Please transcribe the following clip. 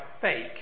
fake